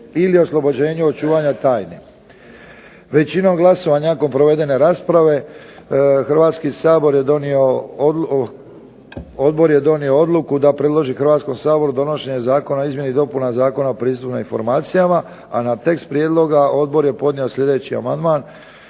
ili oslobođenju od čuvanja tajne. Većinom glasova nakon provedene rasprave Odbor je donio odluku da predloži Hrvatskom saboru donošenje zakona o izmjeni i dopuni Zakona o pravu na pristup informacijama, a na tekst prijedloga odbor je podnio sljedeći amandman